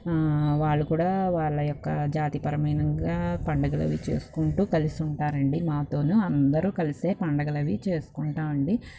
వాళ్ళు కూడా వాళ్ళ యొక్క జాతిపరమైనవిగా పండగలవి చేసుకుంటు కలిసి ఉంటారండి మాతోను అందరు కలిసే పండగలవి చేసుకుంటాం అండి